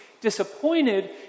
disappointed